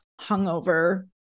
hungover